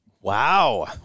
wow